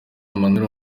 minaert